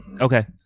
Okay